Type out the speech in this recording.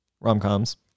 rom-coms